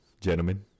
gentlemen